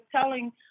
telling